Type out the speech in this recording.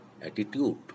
attitude